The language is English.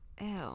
Ew